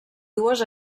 dues